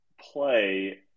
play